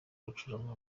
gucuranga